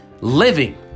living